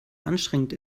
anstrengend